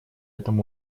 этом